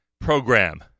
Program